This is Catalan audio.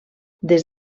des